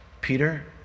Peter